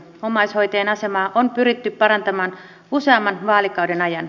omaishoitajien asemaa on pyritty parantamaan useamman vaalikauden ajan